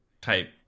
type